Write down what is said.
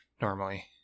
normally